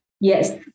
Yes